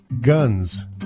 guns